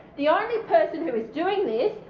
the only person who is doing this,